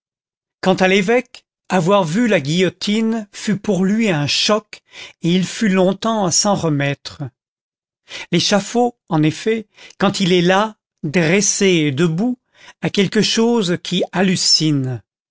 quant à l'évêque avoir vu la guillotine fut pour lui un choc et il fut longtemps à s'en remettre l'échafaud en effet quand il est là dressé et debout a quelque chose qui hallucine